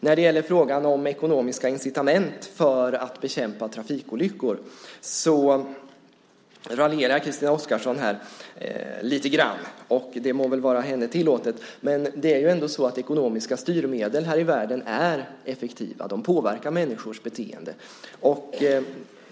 När det gäller frågan om ekonomiska incitament för att bekämpa trafikolyckor raljerar Christina Oskarsson lite grann, och det må väl vara henne tillåtet. Men det är ändå så att ekonomiska styrmedel här i världen är effektiva. De påverkar människors beteende.